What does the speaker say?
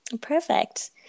Perfect